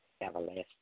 everlasting